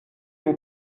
vos